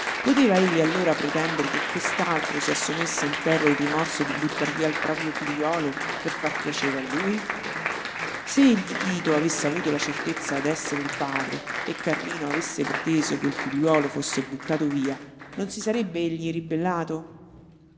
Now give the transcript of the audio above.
poteva egli allora pretendere che quest'altro si assumesse intero il rimorso di buttar via il proprio figliuolo per far piacere a lui se egli tito avesse avuto la certezza d'essere il padre e carlino avesse preteso che il figliuolo fosse buttato via non si sarebbe egli ribellato